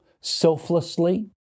selflessly